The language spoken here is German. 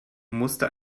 musste